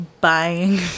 buying